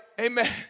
Amen